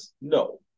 no